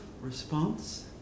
response